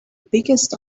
biggest